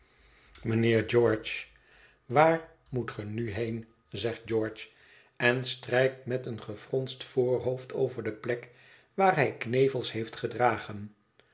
george waar moet ge nu heen zegt george en strijkt met een gefronst voorhoofd over de plek waar hij knevels heeft gedragen